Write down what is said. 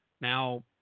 Now